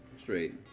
Straight